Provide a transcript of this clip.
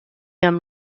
amb